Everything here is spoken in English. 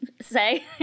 say